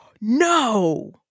No